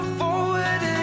forward